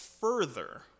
further